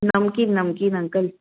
नमकीन नमकीन अंकल